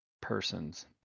persons